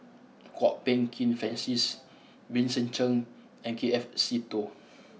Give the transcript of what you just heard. Kwok Peng Kin Francis Vincent Cheng and K F Seetoh